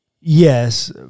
yes